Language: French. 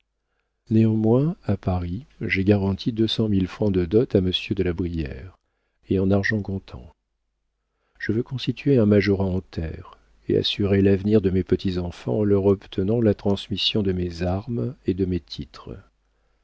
néanmoins à paris j'ai garanti deux cent mille francs de dot à monsieur de la brière et en argent comptant je veux constituer un majorat en terres et assurer l'avenir de mes petits-enfants en leur obtenant la transmission de mes armes et de mes titres